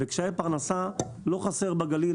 וקשיי פרנסה לא חסר בגליל,